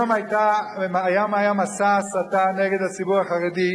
היום היה מסע הסתה נגד הציבור החרדי,